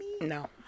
No